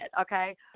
okay